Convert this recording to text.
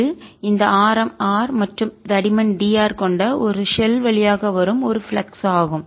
இது இந்த ஆரம் R மற்றும் தடிமன் d r கொண்ட ஒரு ஷெல் வழியாக வரும் ஒரு ஃப்ளக்ஸ் ஆகும்